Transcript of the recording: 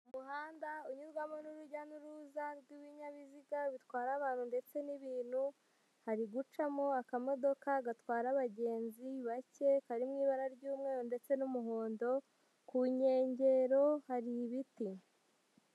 Umuhanda unyurwamo n'urujya n'uruza rw'ibinyabiziga bitwara abantu ndetse n'ibintu, hari gucamo akamodoka gatwara abagenzi bake kari mu ibara ry'umweru ndetse n'umuhondo ku nkengero hari ibiti.